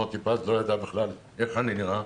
מוטי פז לא ידע בכלל איך אני נראה.